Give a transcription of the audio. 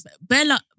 Bella